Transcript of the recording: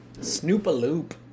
Snoop-a-loop